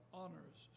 honors